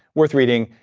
worth reading.